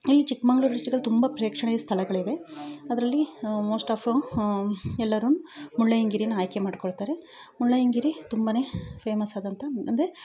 ಈ ಚಿಕ್ಕಮಗಳೂರು ದಲ್ಲಿ ತುಂಬ ಪ್ರೇಕ್ಷಣೀಯ ಸ್ಥಳಗಳಿವೆ ಅದರಲ್ಲಿ ಮೋಸ್ಟ್ ಆಫ್ ಎಲ್ಲರೂ ಮುಳ್ಳಯ್ಯನಗಿರಿನ ಆಯ್ಕೆ ಮಾಡ್ಕೊಳ್ತಾರೆ ಮುಳ್ಳಯ್ಯನಗಿರಿ ತುಂಬನೇ ಫೇಮಸ್ ಆದಂಥ ಅಂದರೆ